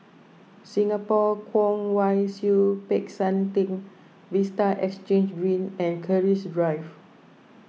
Singapore Kwong Wai Siew Peck San theng Vista Exhange Reen and Keris Drive